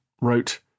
wrote